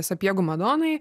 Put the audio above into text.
sapiegų madonai